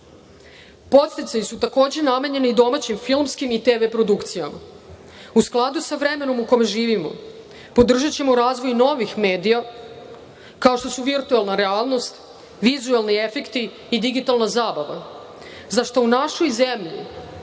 studije. Podsticaji su takođe namenjeni i domaćim filmskim i TV produkcijama. U skladu sa vremenom u kome živimo podržaćemo razvoj novih medija, kao što su virtuelna realnost, vizuelni efekti i digitalna zabava, za šta u našoj zemlji